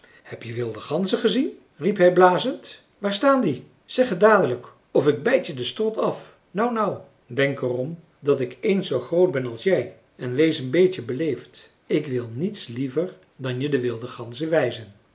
heb je wilde ganzen gezien riep hij blazend waar staan die zeg het dadelijk of ik bijt je den strot af nou nou denk er om dat ik eens zoo groot ben als jij en wees een beetje beleefd ik wil niets liever dan je de wilde ganzen wijzen